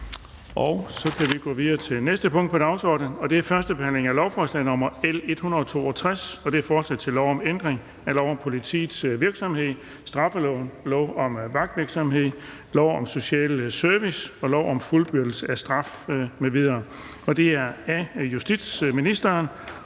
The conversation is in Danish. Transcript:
er vedtaget. --- Det næste punkt på dagsordenen er: 3) 1. behandling af lovforslag nr. L 162: Forslag til lov om ændring af lov om politiets virksomhed, straffeloven, lov om vagtvirksomhed, lov om social service og lov om fuldbyrdelse af straf m.v. (Styrket indsats